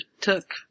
took